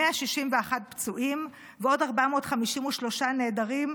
161 פצועים ועוד 453 נעדרים,